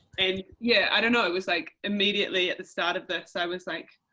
and yeah, i don't know, it was like immediately at the start of this i was like,